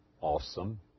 Awesome